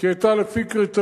כי היא היתה לפי קריטריונים,